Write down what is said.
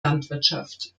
landwirtschaft